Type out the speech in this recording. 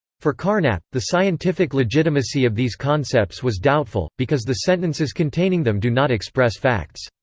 for carnap, the scientific legitimacy of these concepts was doubtful, because the sentences containing them do not express facts.